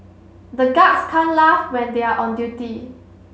the guards can't laugh when they are on duty